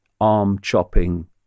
arm-chopping